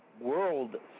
world